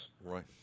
Right